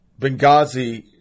Benghazi